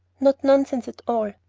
not nonsense at all.